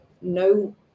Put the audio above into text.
no